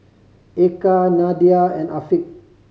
Eka Nadia and Afiq